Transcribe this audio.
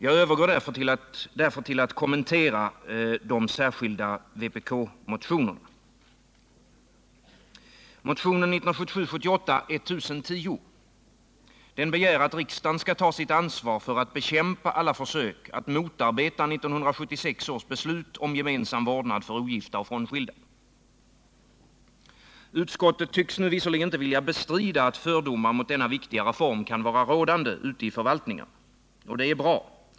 Jag övergår därefter till att kommentera de särskilda vpk-motionerna. Utskottet tycks visserligen inte vilja bestrida att fördomar mot denna viktiga reform kan vara rådande ute i förvaltningarna. Det är bra.